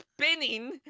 spinning